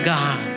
God